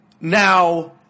Now